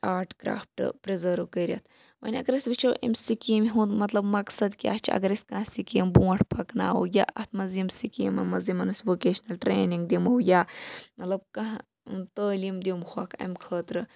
art craft preserve کٔرِتھ وۄنۍ اگر أسۍ وٕچھو امہِ سِکیٖم ہُنٛد مطلب مَقصَد کیاہ چھُ اگر أسۍ کانٛہہ سکیٖم بونٛٹھ پَکناوو یا اتھ مَنٛز یِم سکیٖمہٕ مَنٛز یِمَن أسۍ ووکیشنَل ٹرینِنٛگ دِمو یا مَطلَب کانٛہہ تعلیٖم دِمہوکھ امہ خٲطرٕ